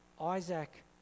Isaac